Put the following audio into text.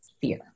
fear